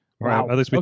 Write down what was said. Wow